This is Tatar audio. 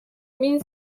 мин